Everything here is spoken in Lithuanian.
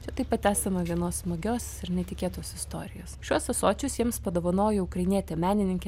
čia taip pat esama vienos smagios ir netikėtos istorijos šiuos ąsočius jiems padovanojo ukrainietė menininkė